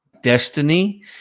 destiny